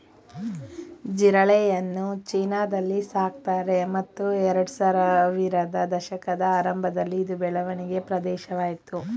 ಜಿರಳೆಗಳನ್ನು ಚೀನಾದಲ್ಲಿ ಸಾಕ್ತಾರೆ ಮತ್ತು ಎರಡ್ಸಾವಿರದ ದಶಕದ ಆರಂಭದಲ್ಲಿ ಇದು ಬೆಳವಣಿಗೆ ಪ್ರದೇಶವಾಯ್ತು